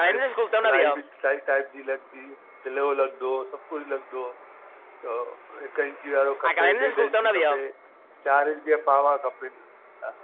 भई सिलाई बि काई टाइप जी लॻंदी लॻंदो सभु कुझु लॻंदो त हिक इंची वारो खपे ॾेढ इंची खपे चारि इंची जा पावा खपनि